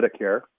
Medicare